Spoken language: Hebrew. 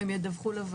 הישיבה ננעלה